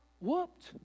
whooped